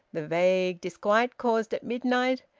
the vague disquiet caused at midnight,